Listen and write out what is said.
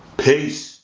peace!